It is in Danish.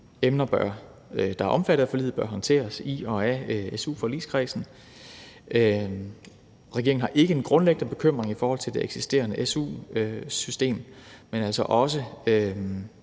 Emner, der er omfattet af forliget, bør håndteres i og af su-forligskredsen. Regeringen har ikke en grundlæggende bekymring i forhold til det eksisterende su-system, men vil altså også